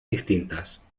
distintas